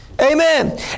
Amen